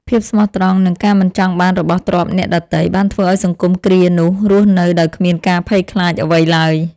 ភាពស្មោះត្រង់ និងការមិនចង់បានរបស់ទ្រព្យអ្នកដទៃ បានធ្វើឱ្យសង្គមគ្រានោះរស់នៅដោយគ្មានការភ័យខ្លាចអ្វីឡើយ។